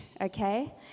okay